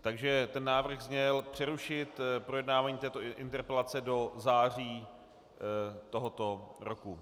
Takže návrh zněl přerušit projednávání této interpelace do září tohoto roku.